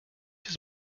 his